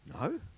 No